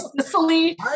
Sicily